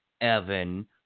Evan